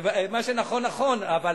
מה שנכון נכון, אבל